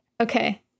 Okay